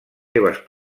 seves